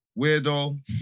Weirdo